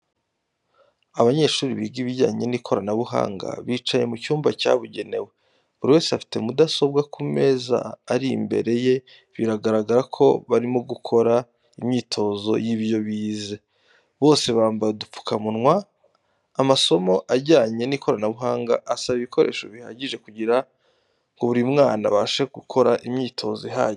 Abanyeshuri biga ibijyanye n'ikoranabuhanga bicaye mu cyumba cyabugenewe buri wese afite mudasobwa ku meza ari imbere ye bigaragara ko barimo gukora imyitozo y'ibyo bize, bose bambaye udupfukamunwa. Amasomo ajyanye n'ikoranabuhanga asaba ibikoreso bihagije kugirango buri mwana abashe gukora imyitozo ihagije.